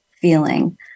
feeling